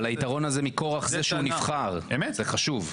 אבל היתרון הזה מכוח זה שהוא נבחר, זה חשוב.